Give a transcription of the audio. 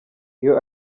iyo